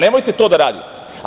Nemojte to da radite.